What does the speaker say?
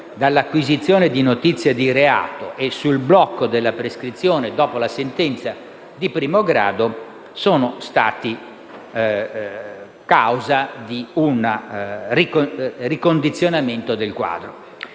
dall'acquisizione di notizia di reato e sul blocco della prescrizione dopo la sentenza di primo grado sono stati causa di un ricondizionamento del quadro.